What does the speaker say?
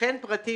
וכן פרטים אלה".